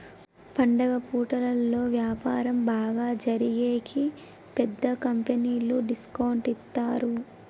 పండుగ పూటలలో వ్యాపారం బాగా జరిగేకి పెద్ద కంపెనీలు డిస్కౌంట్ ఇత్తారు